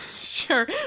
sure